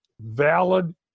valid